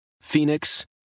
Phoenix